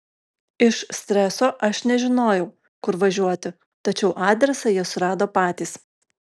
iš streso aš nežinojau kur važiuoti tačiau adresą jie surado patys